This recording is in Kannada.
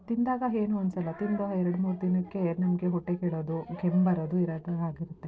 ತಿಂದಾಗ ಏನೂ ಅನ್ಸೋಲ್ಲ ತಿಂದೋ ಎರಡು ಮೂರು ದಿನಕ್ಕೆ ನಮಗೆ ಹೊಟ್ಟೆ ಕೆಡೋದು ಕೆಮ್ಮು ಬರೋದು ಇರೋದು ಆಗಿರುತ್ತೆ